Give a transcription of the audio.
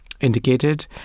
indicated